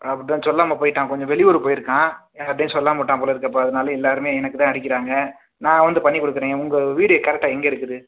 அப்படி தான் சொல்லாமல் போகிட்டான் கொஞ்சம் வெளியூரு போகிருக்கான் யார்கிட்டையும் சொல்லாமல் விட்டான் போல இருக்குது இப்போ அதனால எல்லாருமே எனக்கு தான் அடிக்கிறாங்க நான் வந்து பண்ணிக் கொடுக்குறேன் உங்கள் வீடு கரெக்டாக எங்கே இருக்குது